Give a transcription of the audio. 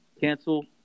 cancel